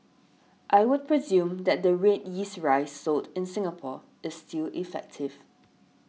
I would presume that the red yeast rice sold in Singapore is still effective